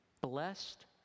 blessed